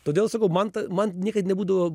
todėl sakau man man niekad nebūdavo